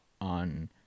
on